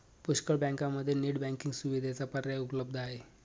पुष्कळ बँकांमध्ये net banking सुविधेचा पर्याय उपलब्ध आहे